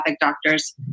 doctors